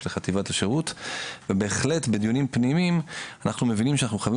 של חטיבת השירות ובהחלט בדיונים פנימיים אנחנו מבינים שאנחנו חייבים